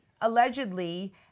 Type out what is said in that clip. allegedly